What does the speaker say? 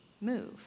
move